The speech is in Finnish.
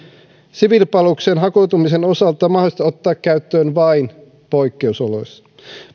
siviilipalvelukseen hakeutumisen osalta mahdollista ottaa käyttöön vain poikkeusoloissa